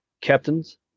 Captain's